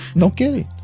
no kidding.